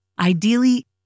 ideally